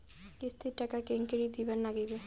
কিস্তির টাকা কেঙ্গকরি দিবার নাগীবে?